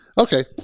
Okay